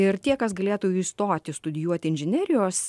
ir tie kas galėtų įstoti studijuoti inžinerijos